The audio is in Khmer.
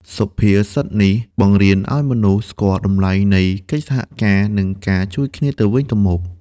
សុភាសិតនេះបង្រៀនឱ្យមនុស្សស្គាល់តម្លៃនៃកិច្ចសហការ និងការជួយគ្នាទៅវិញទៅមក។